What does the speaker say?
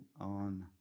on